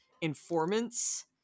informants